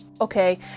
okay